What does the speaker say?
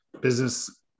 business